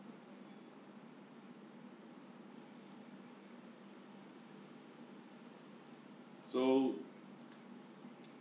so